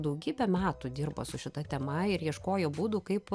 daugybę metų dirba su šita tema ir ieškojo būdų kaip